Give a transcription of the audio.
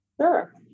Sure